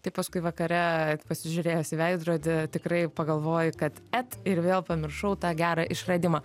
tai paskui vakare pasižiūrėjęs į veidrodį tikrai pagalvoji kad et ir vėl pamiršau tą gerą išradimą